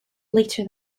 later